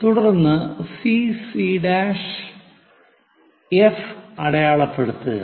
തുടർന്ന് CC' CC' ൽ F അടയാളപ്പെടുത്തുക